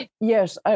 Yes